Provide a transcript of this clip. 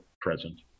present